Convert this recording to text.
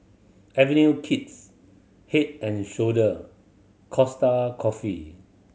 Avenue Kids Head and Shoulder Costa Coffee